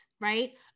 right